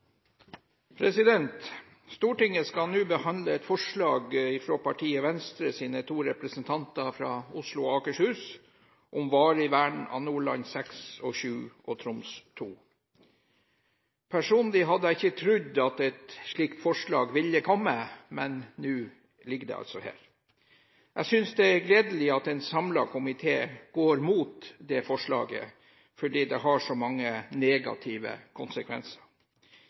Stortinget skal nå behandle et forslag fra partiet Venstres to representanter fra Oslo og Akershus om varig vern av Nordland VI, Nordland VII og Troms II. Personlig hadde jeg ikke trodd at et slikt forslag ville komme, men nå ligger det altså her. Jeg synes det er gledelig at en samlet komité går mot forslaget, fordi det har så mange negative konsekvenser.